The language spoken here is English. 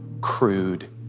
crude